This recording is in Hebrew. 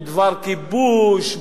בדבר כיבוש,